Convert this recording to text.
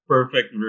Perfect